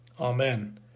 Amen